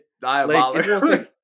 Diabolical